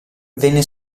venne